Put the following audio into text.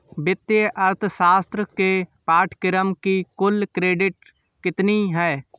वित्तीय अर्थशास्त्र के पाठ्यक्रम की कुल क्रेडिट कितनी है?